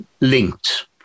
linked